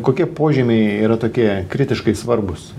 kokie požymiai yra tokie kritiškai svarbūs